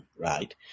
right